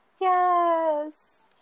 yes